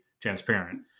transparent